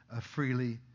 freely